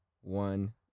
one